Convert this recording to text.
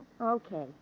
Okay